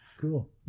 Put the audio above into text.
Cool